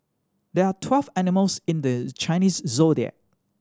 there are twelve animals in the Chinese Zodiac